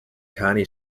connie